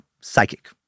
psychic